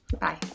Bye